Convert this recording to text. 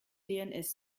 dns